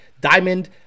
diamond